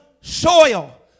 soil